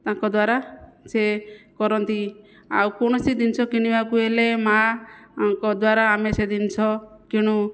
ତାଙ୍କ ଦ୍ୱାରା ସେ କରନ୍ତି ଆଉ କୌଣସି ଜିନିଷ କିଣିବାକୁ ହେଲେ ମାଆଙ୍କ ଦ୍ୱାରା ଆମେ ସେ ଜିନିଷ କିଣୁ